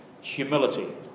Humility